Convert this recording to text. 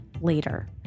later